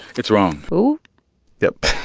it's wrong ooh yep